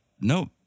nope